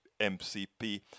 MCP